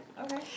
Okay